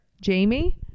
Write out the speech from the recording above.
Jamie